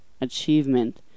achievement